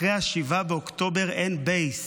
אחרי 7 באוקטובר אין בייס.